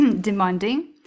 demanding